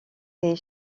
est